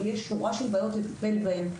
אבל יש שורה של בעיות לטפל בהן.